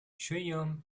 guillaume